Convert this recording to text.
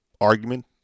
argument